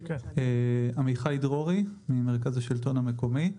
עמיחי דרורי, מרכז השלטון המקומי.